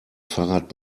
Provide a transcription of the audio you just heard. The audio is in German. fahrrad